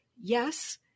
yes